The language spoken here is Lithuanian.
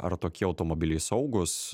ar tokie automobiliai saugūs